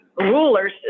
Rulers